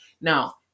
Now